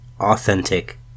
authentic